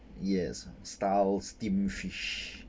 yes style steamed fish